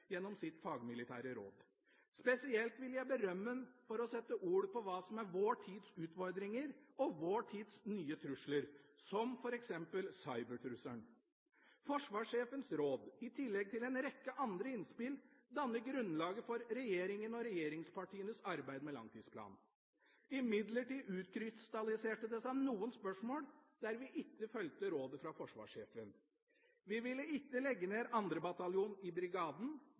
gjennom sitt fagmilitære råd. Spesielt vil jeg berømme ham for å sette ord på hva som er vår tids utfordringer og vår tids nye trusler, som f.eks. cybertrusselen. Forsvarssjefens råd, i tillegg til en rekke andre innspill, dannet grunnlaget for regjeringa og regjeringspartienes arbeid med langtidsplanen. Imidlertid utkrystalliserte det seg noen spørsmål der vi ikke fulgte rådet fra forsvarssjefen. Vi ville ikke legge ned 2. bataljon i brigaden,